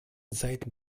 seiten